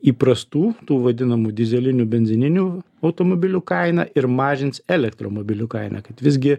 įprastų tų vadinamų dyzelinių benzininių automobilių kainą ir mažins elektromobilių kainą kad visgi